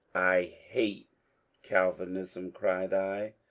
i hate calvinism, cried i.